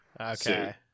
Okay